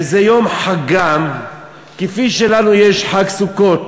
וזה יום חגם, כפי שלנו יש חג סוכות,